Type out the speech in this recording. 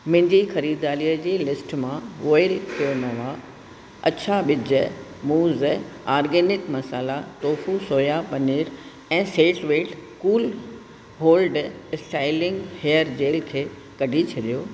मुंहिंजी ख़रीदारीअ जी लिस्ट मां वोइल क्विनोआ अछा ॿिज मूज़ organic masala tofu soya paneer ऐं set wet cool hold styling hair gel खे कढी छॾियो